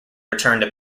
returned